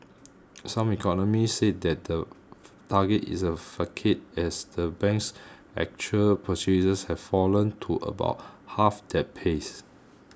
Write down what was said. some economists said the target is a facade as the bank's actual purchases have fallen to about half that pace